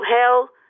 hell